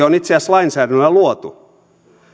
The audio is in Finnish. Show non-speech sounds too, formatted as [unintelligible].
[unintelligible] on lainsäädännöllä luotu